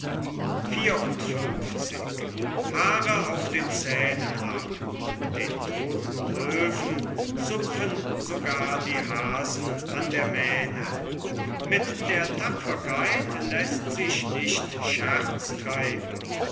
den todten löwen zupfen sogar die haasen an der mähne mit der tapferkeit läßt sich nicht scherz treiben